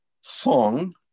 song